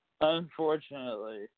Unfortunately